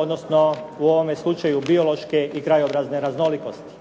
odnosno u ovome slučaju biološke i krajobrazne raznolikosti.